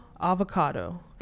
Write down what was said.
Avocado